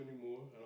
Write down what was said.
anymore